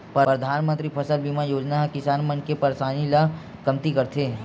परधानमंतरी फसल बीमा योजना ह किसान मन के परसानी ल कमती करथे